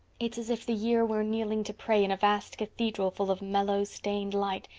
it's as if the year were kneeling to pray in a vast cathedral full of mellow stained light,